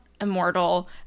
immortal